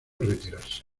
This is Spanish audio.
retirarse